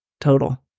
total